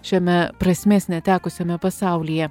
šiame prasmės netekusiame pasaulyje